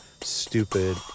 stupid